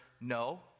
no